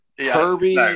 Kirby